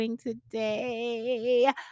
today